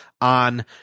on